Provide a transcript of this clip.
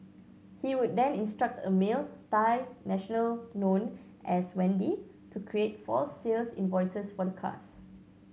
he would then instruct a male Thai national known as Wendy to create false sales invoices for the cars